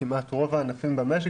כמעט רוב הענפים במשק,